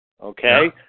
okay